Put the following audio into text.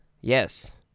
Yes